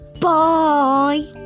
bye